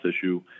issue